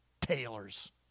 tailors